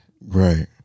Right